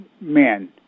men